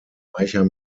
reicher